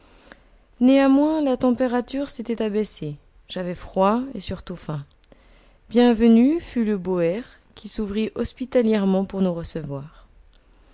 néanmoins la température s'était abaissée j'avais froid et surtout faim bienvenu fut le ber qui s'ouvrit hospitalièrement pour nous recevoir